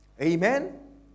Amen